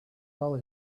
all